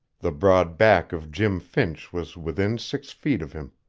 the broad back of jim finch was within six feet of him.